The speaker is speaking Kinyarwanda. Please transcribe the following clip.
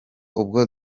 ubwo